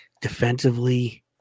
defensively